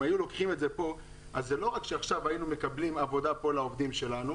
אבל אם היו לוקחים את זה פה אז לא רק שהיינו מקבלים עבודה לעובדים שלנו,